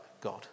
God